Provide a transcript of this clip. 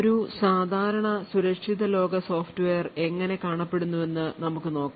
ഒരു സാധാരണ സുരക്ഷിത ലോക സോഫ്റ്റ്വെയർ എങ്ങനെ കാണപ്പെടുന്നുവെന്ന് നമുക്ക് നോക്കാം